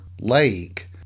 lake